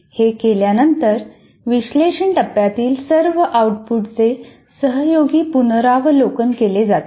हे केल्यानंतर विश्लेषण टप्प्यातील सर्व आउटपुटचे सहयोगी पुनरावलोकन केले जाते